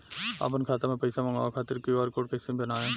आपन खाता मे पईसा मँगवावे खातिर क्यू.आर कोड कईसे बनाएम?